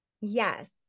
Yes